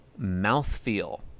Mouthfeel